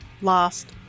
last